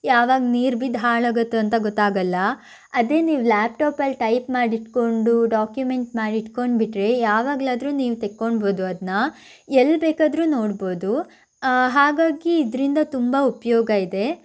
ಯಾವಾಗ ನೀರು ಬಿದ್ದು ಹಾಳಾಗತ್ತೋ ಅಂತ ಗೊತ್ತಾಗಲ್ಲ ಅದೇ ನೀವು ಲ್ಯಾಪ್ಟಾಪಲ್ಲಿ ಟೈಪ್ ಮಾಡಿಟ್ಟುಕೊಂಡು ಡಾಕ್ಯುಮೆಂಟ್ ಮಾಡಿಟ್ಕೊಂಡ್ಬಿಟ್ರೆ ಯಾವಾಗಲಾದರೂ ನೀವು ತೆಕ್ಕೊಬೋದು ಅದನ್ನ ಎಲ್ಲಿ ಬೇಕಾದರೂ ನೋಡ್ಬೋದು ಹಾಗಾಗಿ ಇದರಿಂದ ತುಂಬ ಉಪಯೋಗ ಇದೆ